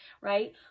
right